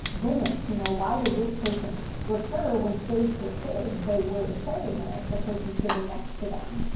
goodness, you know why did this person recur when, stage for stage, they were the same as the person sitting next to them?